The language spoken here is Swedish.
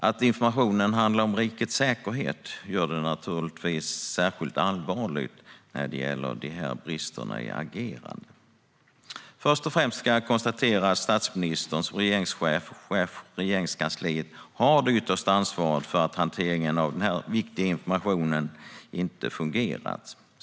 Att informationen handlar om rikets säkerhet gör det bristfälliga agerandet särskilt allvarligt. Först och främst kan man konstatera att statsministern, som regeringschef och chef för Regeringskansliet, har det yttersta ansvaret för att hanteringen av den här viktiga informationen inte har fungerat.